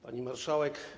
Pani Marszałek!